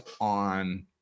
on